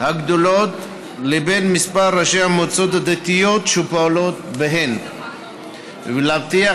הגדולות לבין מספר ראשי המועצות הדתיות שפועלות בהן ולהבטיח